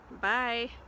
bye